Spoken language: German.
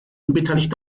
unbeteiligt